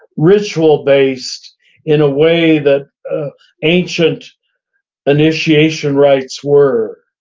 ritual-based in a way that ah ancient initiation rites were.